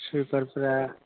सुइपारफोरा